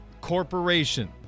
corporation